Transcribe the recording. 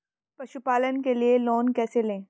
पशुपालन के लिए लोन कैसे लें?